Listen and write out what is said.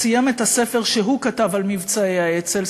סיים את הספר שהוא כתב על מבצעי האצ"ל,